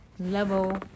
level